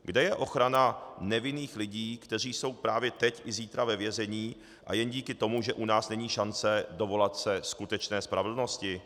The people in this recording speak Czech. Kde je ochrana nevinných lidí, kteří jsou právě teď a zítra ve vězení, a jen díky tomu, že u nás není šance dovolat se skutečné spravedlnosti?